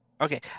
Okay